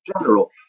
general